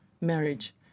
marriage